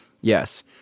Yes